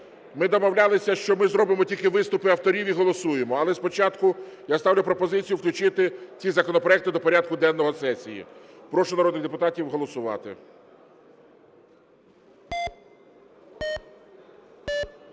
Ми домовлялися, що ми зробимо тільки виступи авторів і голосуємо. Але спочатку я ставлю пропозицію включити ці законопроекти до порядку денного сесії. Прошу народних депутатів голосувати.